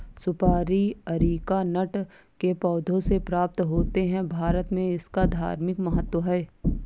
सुपारी अरीकानट के पौधों से प्राप्त होते हैं भारत में इसका धार्मिक महत्व है